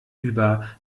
über